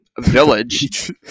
village